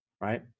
right